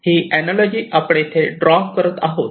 ही analogy आपण येथे draw करत आहोत